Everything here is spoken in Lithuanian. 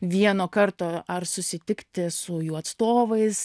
vieno karto ar susitikti su jų atstovais